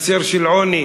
חצר של עוני,